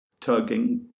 tugging